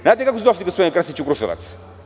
Znate kako su došli, gospodine Krstiću, u Kruševac?